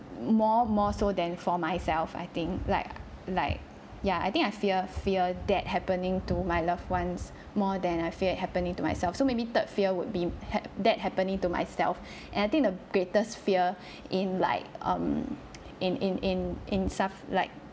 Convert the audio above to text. more more so than for myself I think like like ya I think I fear fear that happening to my loved ones more than I fear it happening to myself so maybe third fear would be had that happening to myself and I think the greatest fear in like um in in in in stuff like